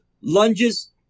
lunges